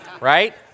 right